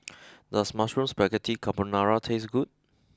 does mushroom Spaghetti Carbonara taste good